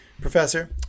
Professor